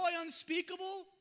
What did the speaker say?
unspeakable